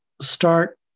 start